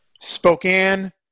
Spokane